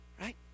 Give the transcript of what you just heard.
Right